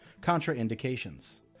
Contraindications